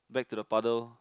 back to the paddle